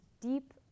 deep